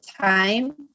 time